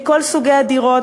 מכל סוגי הדירות,